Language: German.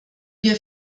wir